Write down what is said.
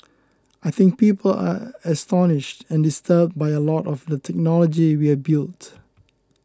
I think people are astonished and disturbed by a lot of the technology we have built